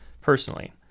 personally